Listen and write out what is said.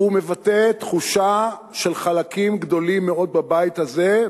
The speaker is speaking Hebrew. משום שהוא מבטא תחושה של חלקים גדולים מאוד בבית הזה,